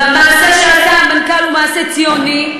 והמעשה שעשה המנכ"ל הוא מעשה ציוני,